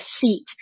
seat